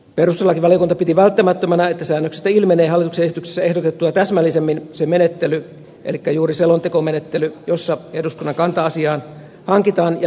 perustuslakivaliokunta piti välttämättömänä että säännöksestä ilmenee hallituksen esityksessä ehdotettua täsmällisemmin se menettely elikkä juuri selontekomenettely jossa eduskunnan kanta asiaan hankitaan ja ilmaistaan